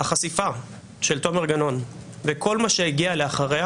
החשיפה של אותו מנגנון וכל מה שהגיעה אחריה